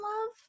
love